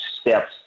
steps